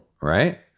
right